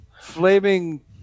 flaming